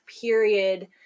period